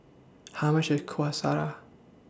How much IS Kueh Syara